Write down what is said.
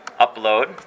upload